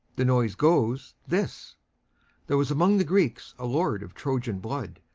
the noise goes, this there is among the greeks a lord of troyan blood,